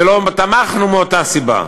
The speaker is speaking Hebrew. ולא תמכנו מאותה סיבה,